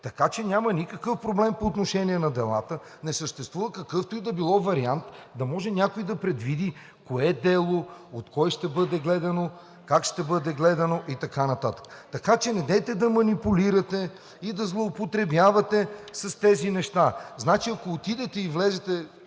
Така че няма никакъв проблем по отношение на делата. Не съществува какъвто и да било вариант – да може някой да предвиди кое дело от кого ще бъде гледано, как ще бъде гледано и така нататък. Така че недейте да манипулирате и да злоупотребявате с тези неща. Значи, ако отидете и влезете